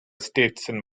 stetson